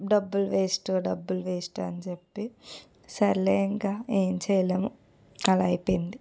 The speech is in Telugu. డబ్బులు వేస్ట్ డబ్బులు వేస్ట్ అని చెప్పి సర్లే ఇంకా ఏంచేయలేం అలా అయిపోయింది